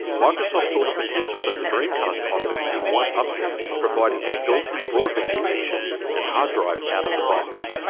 microsoft saw the potential that the dreamcast offered and one upped upped it, providing a built-in broadband connection and hard drive out of the box.